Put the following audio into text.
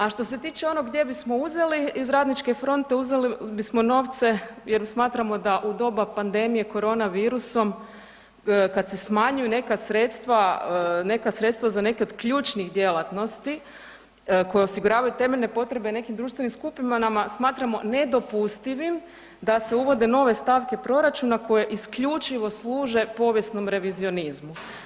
A što se tiče onog gdje bismo uzeli iz Radničke fronte uzeli bismo novce jer smatramo da u doba pandemije korona virusom kada se smanjuju neka sredstva za neke od ključnih djelatnosti koje osiguravaju temeljne potrebe nekim društvenim skupinama, smatramo nedopustivim da se uvode nove stavke proračuna koje isključivo služe povijesnom revizionizmu.